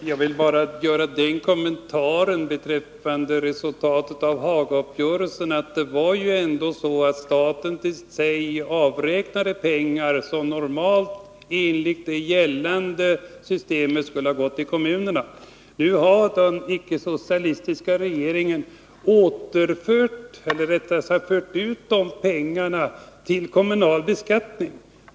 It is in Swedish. Herr talman! Jag vill bara göra den kommentaren beträffande resultatet av Hagauppgörelsen att staten ändå till sig avräknade pengar som normalt, enligt det gällande systemet, skulle ha gått till kommunerna. Nu har den icke-socialistiska regeringen fört över dessa pengar till kommunerna.